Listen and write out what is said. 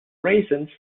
raisins